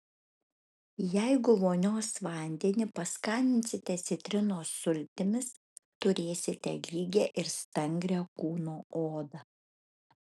jeigu vonios vandenį paskaninsite citrinos sultimis turėsite lygią ir stangrią kūno odą